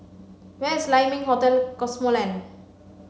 where is Lai Ming Hotel Cosmoland